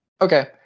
Okay